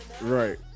Right